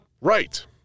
Right